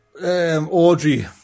Audrey